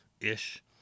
ish